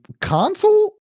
console